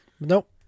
Nope